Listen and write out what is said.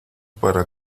para